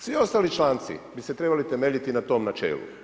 Svi ostali članci bi se trebali temeljiti na tom načelu.